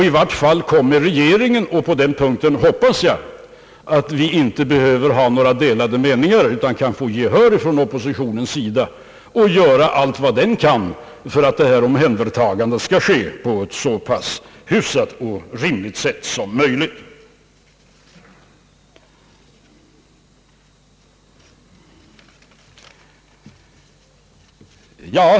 I varje fall kommer regeringen — på den punkten hoppas jag att vi inte behöver ha delade meningar utan kan få gehör från oppositionen — att göra allt vad den kan för att omhändertagandet skall ske på ett så hyfsat och rimligt sätt som möjligt.